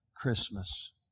Christmas